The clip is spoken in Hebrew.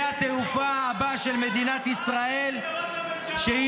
התעופה הבא של מדינת ישראל -- מה הקשר לראש הממשלה?